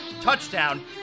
touchdown